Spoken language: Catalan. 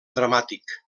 dramàtic